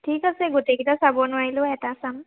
ঠিক আছে গোটেইকেইটা চাব নোৱাৰিলেও এটা চাম